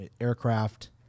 aircraft